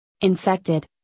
infected